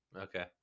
Okay